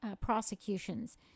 prosecutions